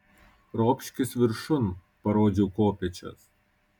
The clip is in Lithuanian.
ropškis viršun parodžiau kopėčias